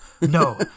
No